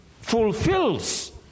fulfills